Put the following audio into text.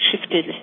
shifted